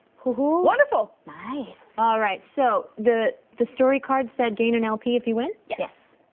hoo hoo. wonderful. nice. alright, so, the the story card said gain an lp if you win? yes.